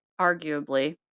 Arguably